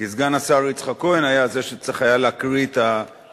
כי סגן השר יצחק כהן היה זה שצריך היה להקריא את התשובה.